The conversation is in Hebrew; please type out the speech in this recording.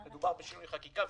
מדובר בשינויי חקיקה.